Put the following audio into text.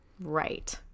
right